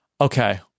okay